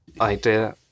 idea